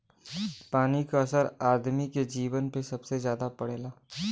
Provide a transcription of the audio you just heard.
पानी क असर आदमी के जीवन पे सबसे जादा पड़ला